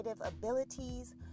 abilities